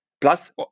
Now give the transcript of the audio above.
Plus